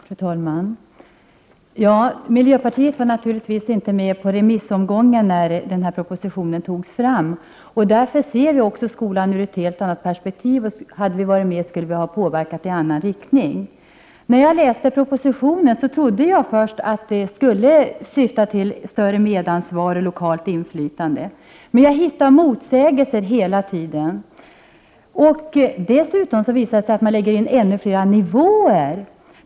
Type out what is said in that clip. Fru talman! Miljöpartiet var naturligtvis inte med i remissomgången, när den här propositionen togs fram. Därför ser vi också skolan ur ett helt annat perspektiv. Hade vi varit med skulle vi ha påverkat i annan riktning. När jag läste propositionen trodde jag först att den skulle syfta till större medansvar och lokalt inflytande. Men jag hittade motsägelser hela tiden. Dessutom visade det sig att ännu fler nivåer läggsin.